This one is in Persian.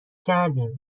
کردیم